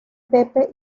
pepe